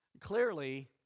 Clearly